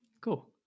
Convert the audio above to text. cool